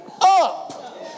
up